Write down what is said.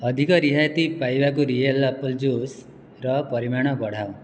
ଅଧିକ ରିହାତି ପାଇବାକୁ ରିଅଲ୍ ଆପଲ୍ ଜୁସ୍ର ପରିମାଣ ବଢ଼ାଅ